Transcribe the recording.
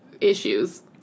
issues